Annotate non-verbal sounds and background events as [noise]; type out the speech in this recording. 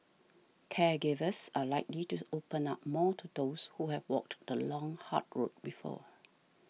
caregivers are likely to [noise] open up more to those who have walked the long hard road before